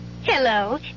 Hello